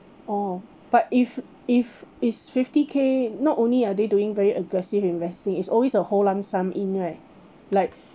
orh but if if it's fifty K not only are they doing very aggressive investing it's always a whole lump sum in right like